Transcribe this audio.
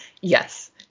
yes